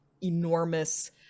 enormous